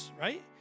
right